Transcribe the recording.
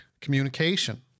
communication